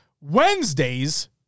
Wednesdays